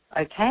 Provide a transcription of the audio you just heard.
Okay